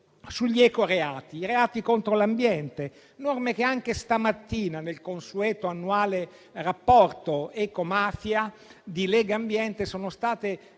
sugli ecoreati, i reati contro l'ambiente, norme che anche stamattina, nel consueto rapporto annuale ecomafia di Legambiente, sono state ricordate